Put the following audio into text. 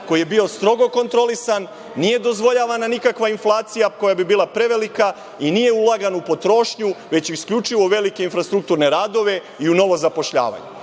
koji je bio strogo kontrolisan, nije dozvoljavana nikakva inflacija koja bi bila prevelika i nije ulagano u potrošnju već isključivo u velike infrastrukturne radove i u novo zapošljavanje.